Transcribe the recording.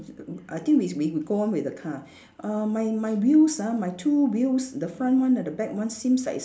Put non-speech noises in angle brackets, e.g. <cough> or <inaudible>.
<noise> I think we we go on with the car err my my wheels ah my two wheels the front one and the back one seems like it's